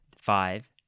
five